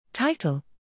TITLE